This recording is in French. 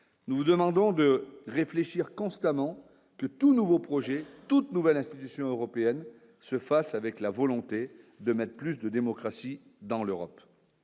nous vous demandons de réfléchir constamment tout nouveau projet toute nouvelle institution européenne se fasse avec la volonté de mettre plus de démocratie dans l'Europe.